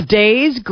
days